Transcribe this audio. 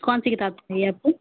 کون سی کتاب چاہیے آپ کو